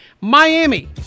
Miami